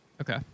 Okay